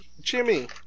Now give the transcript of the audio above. Jimmy